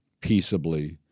peaceably